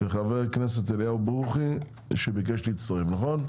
וחבר הכנסת אליהו ברוכי שביקש להצטרף, נכון?